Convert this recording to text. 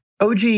OG